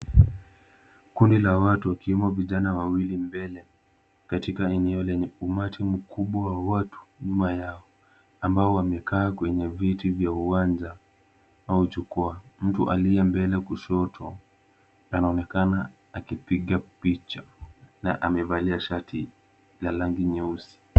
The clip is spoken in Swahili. Kundi la watu wakiwemo vijana wawili mbele katika eneo lenye umati mkubwa wa watu nyuma yao ambao wamekaa kwenye viti vya uwanja au jukwaa. Mtu aliye mbele kushoto anaonekana akipiga picha na amevalia shati la rangi nyeusi.